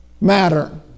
matter